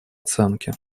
оценке